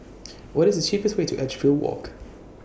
What IS The cheapest Way to Edgefield Walk